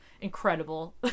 incredible